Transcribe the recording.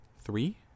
Three